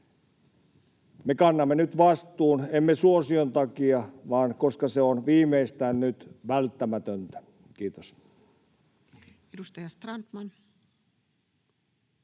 Me kannamme nyt vastuun, emme suosion takia, vaan koska se on viimeistään nyt välttämätöntä. — Kiitos.